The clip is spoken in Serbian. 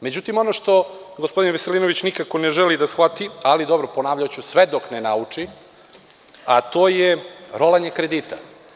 Međutim, ono što gospodin Veselinović nikako ne želi da shvati, ali dobro, ponavljaću sve dok ne nauči, a to je rolanje kredita.